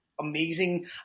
amazing